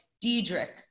Diedrich